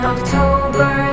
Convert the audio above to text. October